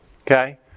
Okay